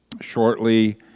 shortly